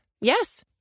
Yes